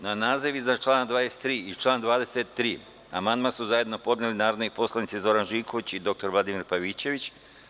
Na naziv iznad člana 23. i član 23. amandman su zajedno podneli narodni poslanici Zoran Živković i dr Vladimir Pavićević.